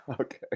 Okay